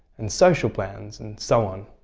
and social plans, and so on.